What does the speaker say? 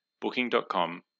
Booking.com